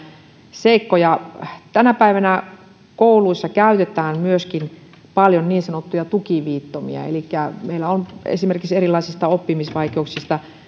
seikkoja tänä päivänä kouluissa käytetään myöskin paljon niin sanottuja tukiviittomia elikkä meillä on esimerkiksi erilaisista oppimisvaikeuksista